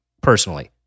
personally